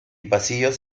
pasillos